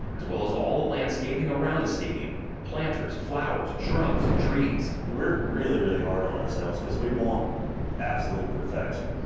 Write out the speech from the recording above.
as well as all the landscaping around the stadium planters, flowers, shrubs, and trees. we're really, really hard on ourselves, because we want absolute perfection.